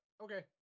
Okay